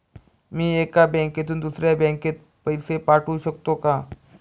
मी एका बँकेतून दुसऱ्या बँकेत पैसे पाठवू शकतो का?